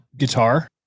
guitar